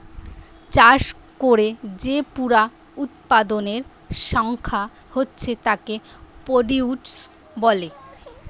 চাষ কোরে যে পুরা উৎপাদনের সংখ্যা হচ্ছে তাকে প্রডিউস বলে